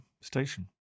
station